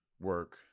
Work